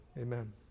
Amen